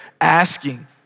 asking